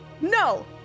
No